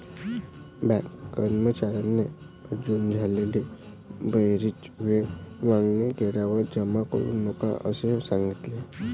bank कर्मचार्याने अनुजला बराच वेळ मागणी केल्यावर जमा करू नका असे सांगितले